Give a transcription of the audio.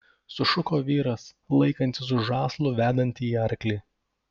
sušuko vyras laikantis už žąslų vedantįjį arklį